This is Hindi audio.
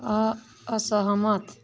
असहमत